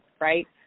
right